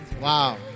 Wow